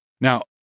Now